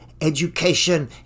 education